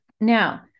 Now